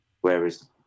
whereas